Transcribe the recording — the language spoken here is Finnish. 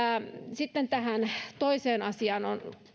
sitten tähän toiseen asiaan